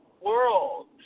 world